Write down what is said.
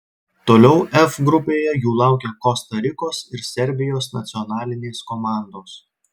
toliau f grupėje jų laukia kosta rikos ir serbijos nacionalinės komandos